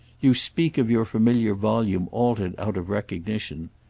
you speak of your familiar volume altered out of recognition.